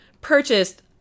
purchased